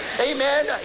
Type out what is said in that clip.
Amen